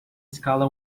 escala